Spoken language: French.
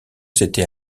c’était